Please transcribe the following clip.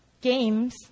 games